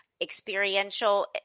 experiential